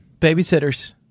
Babysitters